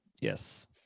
Yes